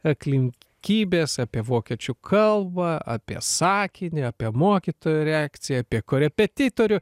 aplinkybės apie vokiečių kalbą apie sakinį apie mokytojų reakciją apie korepetitorių